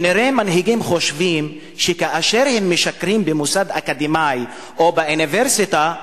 כנראה שמנהיגים חושבים שכאשר הם משקרים במוסד אקדמי או באוניברסיטה,